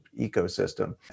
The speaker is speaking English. ecosystem